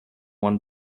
one